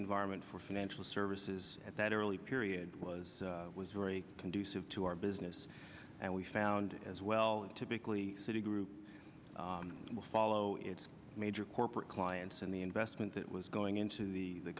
environment for financial services at that early period was very conducive to our business and we found as well typically citigroup will follow its major corporate clients and the investment that was going into the